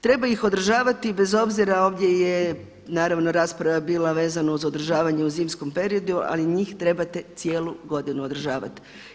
Treba ih održavati bez obzira ovdje je naravno rasprava bila vezano uz održavanje u zimskom periodu, ali njih trebate cijelu godinu održavat.